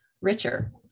richer